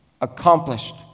accomplished